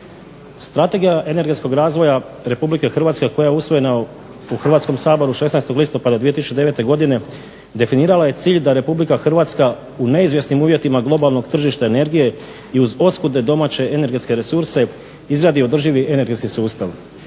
Strategija energetskog razvoja RH koja je usvojena u Hrvatskom saboru 16. listopada 2009. godine definirala je cilj da RH u neizvjesnim uvjetima globalnog tržišta energije i uz oskudne domaće energetske resurse izgradi održivi energetski sustav.